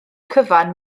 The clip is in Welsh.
cyfan